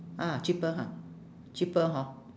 ah cheaper ha cheaper hor